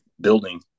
building